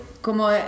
como